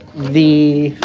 the.